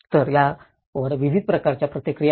तर यावर विविध प्रकारच्या प्रतिक्रिया आहेत